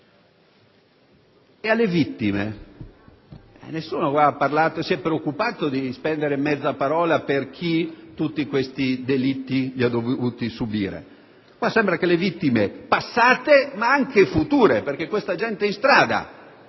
E alle vittime? Nessuno si è preoccupato di spendere mezza parola per chi tutti questi delitti li ha dovuti subire. Penso alle vittime passate, ma anche a quelle future, perché, con questa gente in strada,